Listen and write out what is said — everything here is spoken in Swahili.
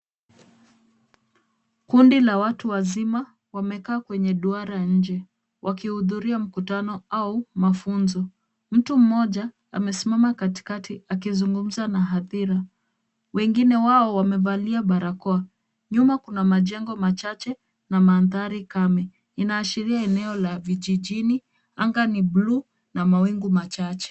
Kundi la watu wazima wamekaa kwenye duara nje wakihudhuria mkutano au mafunzo. Mtu mmoja amesimama katikati akizungumza na hadhira. Wengine wao wamevalia barakoa. Nyuma kuna majengo machache na mandhari kame. Inaashiria eneo la vijijini. Anga ni buluu na mawingu machache.